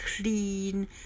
clean